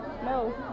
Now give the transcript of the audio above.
no